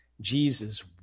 Jesus